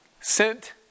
sent